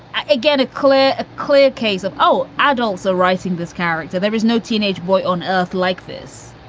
again, a clear a clear case of, oh, adults are writing this character. there is no teenage boy on earth like this.